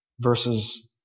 versus